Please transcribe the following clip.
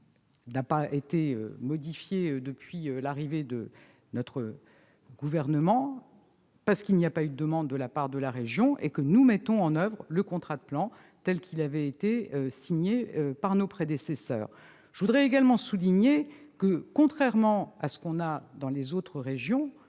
n'a pas été modifié depuis l'arrivée de notre gouvernement, faute de demande émanant de la région : nous mettons donc en oeuvre le contrat de plan tel qu'il avait été signé par nos prédécesseurs. Je voudrais également souligner que, contrairement à ce qui a cours dans les autres régions,